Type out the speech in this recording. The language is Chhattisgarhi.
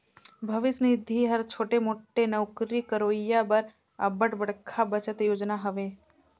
भविस निधि हर छोटे मोटे नउकरी करोइया बर अब्बड़ बड़खा बचत योजना हवे